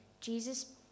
Jesus